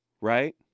Right